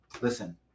listen